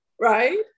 right